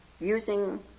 using